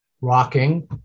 rocking